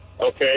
Okay